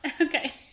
Okay